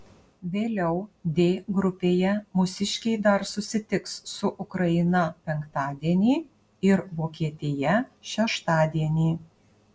vėliau d grupėje mūsiškiai dar susitiks su ukraina penktadienį ir vokietija šeštadienį